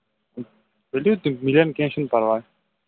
ؤلِو تُہۍ بہٕ لیکھٕ کیٚنٛہہ چھُنہٕ پَرواے